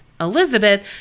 Elizabeth